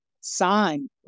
signed